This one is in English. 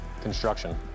construction